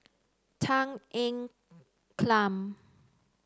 Tan Ean Kiam